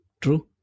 true